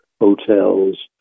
hotels